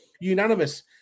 Unanimous